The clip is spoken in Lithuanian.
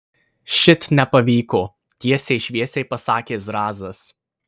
šit nepavyko tiesiai šviesiai pasakė zrazas